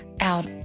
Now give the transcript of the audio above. out